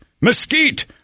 Mesquite